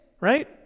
right